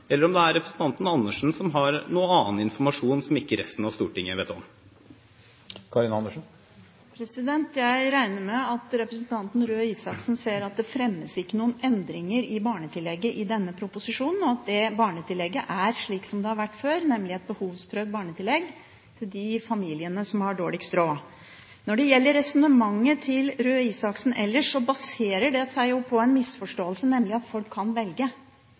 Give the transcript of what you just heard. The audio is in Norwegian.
eller om representanten Andersen har annen informasjon, som ikke resten av Stortinget vet om. Jeg regner med at representanten Røe Isaksen ser at det ikke fremmes noen endringer i barnetillegget i denne proposisjonen, og at barnetillegget er slik som det har vært før – nemlig et behovsprøvd barnetillegg for de familiene som har dårligst råd. Når det gjelder resonnementet til Røe Isaksen ellers, baserer det seg på en misforståelse, nemlig at folk kan velge